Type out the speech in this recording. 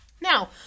Now